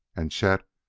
and chet,